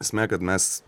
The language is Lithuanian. esmė kad mes